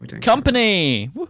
company